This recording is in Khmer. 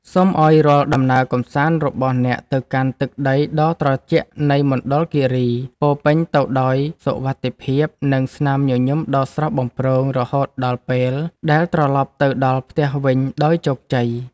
សូមឱ្យរាល់ដំណើរកម្សាន្តរបស់អ្នកទៅកាន់ទឹកដីដ៏ត្រជាក់នៃមណ្ឌលគីរីពោរពេញទៅដោយសុវត្ថិភាព និង ស្នាមញញឹមដ៏ស្រស់បំព្រងរហូតដល់ពេលដែលត្រឡប់ទៅដល់ផ្ទះវិញដោយជោគជ័យ។